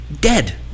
dead